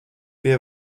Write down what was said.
pie